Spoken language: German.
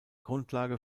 grundlage